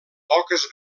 poques